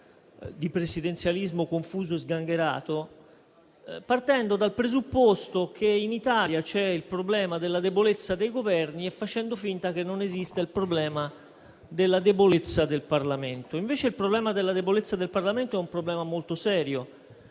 di presidenzialismo confuso e sgangherato), partendo dal presupposto che in Italia c'è il problema della debolezza dei Governi e facendo finta che non esista il problema della debolezza del Parlamento. Invece il problema della debolezza del Parlamento è molto serio,